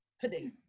today